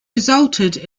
resulted